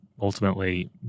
ultimately